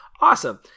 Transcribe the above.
Awesome